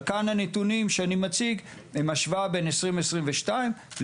אז הנתונים שאני מציג כאן הם השוואה בין השנים 2021 - 2022,